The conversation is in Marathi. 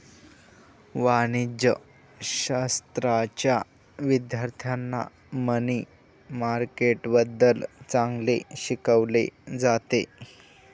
वाणिज्यशाश्राच्या विद्यार्थ्यांना मनी मार्केटबद्दल चांगले शिकवले जाते